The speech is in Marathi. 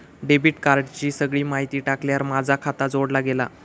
डेबिट कार्डाची सगळी माहिती टाकल्यार माझा खाता जोडला गेला